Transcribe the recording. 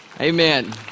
Amen